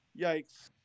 yikes